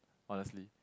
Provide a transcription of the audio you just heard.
honestly